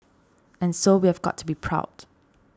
and so we've got to be proud